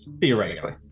Theoretically